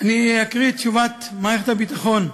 אני אקריא את תשובת מערכת הביטחון: